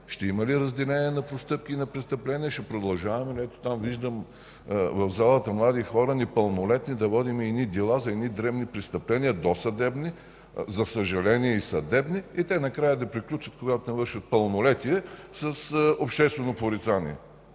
ще има ли разделение на простъпки и на престъпления? Ето, там виждам в залата млади хора, за непълнолетни да водим едни дела за едни дребни престъпления досъдебни, за съжаление – и съдебни, и те накрая да приключат, когато те навършат пълнолетие, с „обществено порицание”,